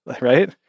right